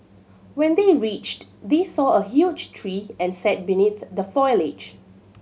when they reached they saw a huge tree and sat beneath the foliage